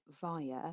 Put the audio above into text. via